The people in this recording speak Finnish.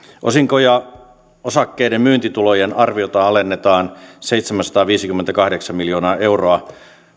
osinko ja osakkeiden myyntitulojen arviota alennetaan seitsemänsataaviisikymmentäkahdeksan miljoonaa euroa